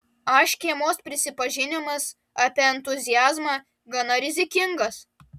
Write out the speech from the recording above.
a škėmos prisipažinimas apie entuziazmą gana rizikingas